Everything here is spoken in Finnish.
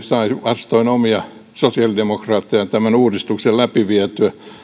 sai vastoin omia sosiaalidemokraatteja tämän uudistuksen vietyä läpi niin